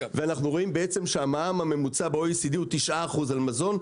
ואנחנו רואים שהמע"מ הממוצע ב-OECD הוא 9% על מזון,